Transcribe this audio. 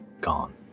gone